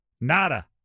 nada